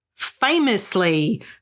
famously